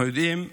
אנחנו יודעים,